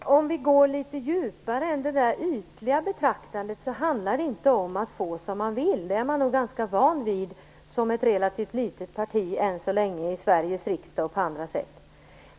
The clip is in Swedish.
Fru talman! Om vi går litet djupare än det ytliga betraktandet handlar det inte om att få som man vi vill. Att inte få det är man nog ganska van vid som ett ännu så länge relativt litet parti i Sveriges riksdag, och även på andra sätt.